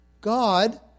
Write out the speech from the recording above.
God